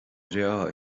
breá